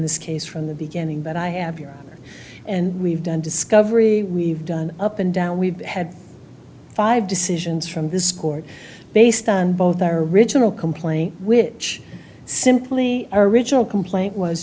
this case from the beginning but i have your honor and we've done discovery we've done up and down we've had five decisions from this court based on both our original complaint which simply our original complaint was